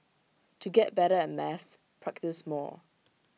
to get better at maths practise more